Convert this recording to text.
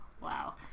Wow